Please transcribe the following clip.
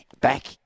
back